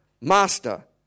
Master